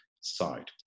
side